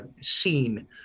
seen